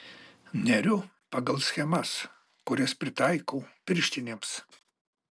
neriu pagal schemas kurias pritaikau pirštinėms